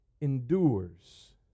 endures